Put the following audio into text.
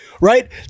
right